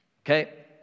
Okay